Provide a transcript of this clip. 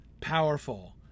powerful